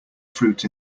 fruit